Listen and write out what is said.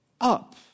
up